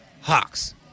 Hawks